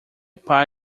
pai